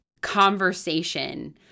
conversation